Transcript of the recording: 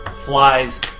flies